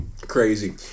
crazy